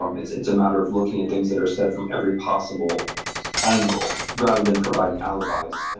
um it's it's a matter of looking at things that are said from every possible angle rather than providing alibis. and